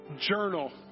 Journal